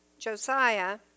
Josiah